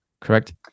Correct